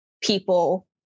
people